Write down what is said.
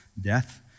death